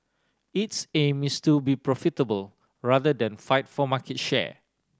its aim is to be profitable rather than fight for market share